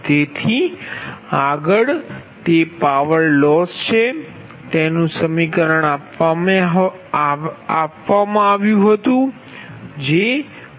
તેથી આગળ તે પાવર લોસ છે તેનુ સમીકરણ આપવામાં આવ્યુ હતુ જેPLoss0